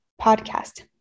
podcast